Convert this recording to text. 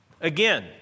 Again